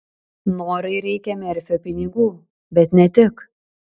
norai reikia merfio pinigų bet ne tik